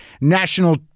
national